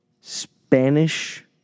Spanish